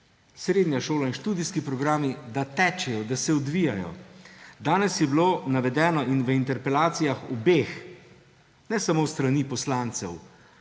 srednja šola in študijski programi tečejo, da se odvijajo. Danes je bilo navedeno in v interpelacijah obeh, ne samo s strani poslancev,